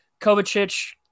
Kovacic